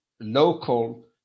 local